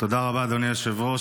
תודה רבה, אדוני היושב-ראש.